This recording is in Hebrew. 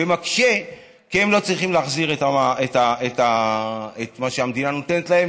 כי הם מצליחים להחזיר את מה שהמדינה נותנת להם,